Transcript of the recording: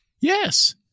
Yes